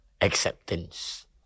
acceptance